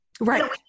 right